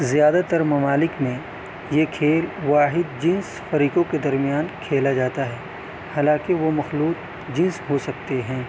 زیادہ تر ممالک میں یہ کھیل واحد جنس فریقوں کے درمیان کھیلا جاتا ہے حالانکہ وہ مخلوط جنس ہو سکتے ہیں